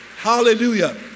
Hallelujah